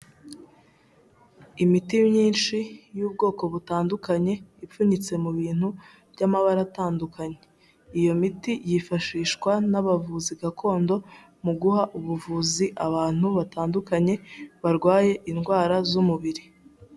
Imiti myinshi y'ubwoko butandukanye, ipfunyitse mu bintu by'amabara atandukanye. Iyo miti yifashishwa n'abavuzi gakondo mu guha ubuvuzi abantu batandukanye, barwaye indwara z'umubiri.